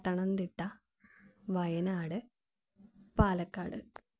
Pathanamthitta Wayanad Palakkad